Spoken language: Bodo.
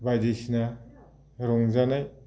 बायदिसिना रंजानाय